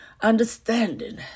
understanding